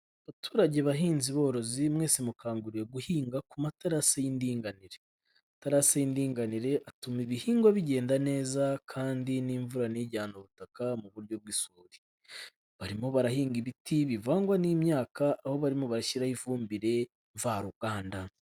Abaturage bahinzi borozi, mwese mukanguriwe guhinga ku materasi y'indinganire. Amaterasi y'indinganire atuma ibihingwa bigenda neza kandi n'imvura ntijyana ubutaka mu buryo bw'isuri. Barimo barahinga ibiti bivangwa n'imyaka, aho barimo bashyiraho ifumbire mvaruganda.